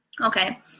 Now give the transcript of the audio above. Okay